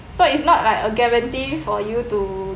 so it's not like a guarantee for you to